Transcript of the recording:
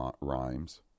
rhymes